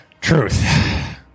Truth